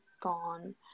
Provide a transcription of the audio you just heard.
gone